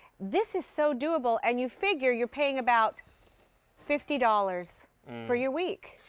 this is so doable. and you figure you're paying about fifty dollars for your week.